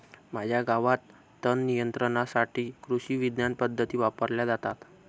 माझ्या गावात तणनियंत्रणासाठी कृषिविज्ञान पद्धती वापरल्या जातात